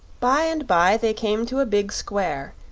by-and-by they came to a big square,